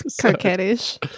coquettish